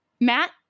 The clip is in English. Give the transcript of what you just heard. Matt